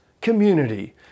community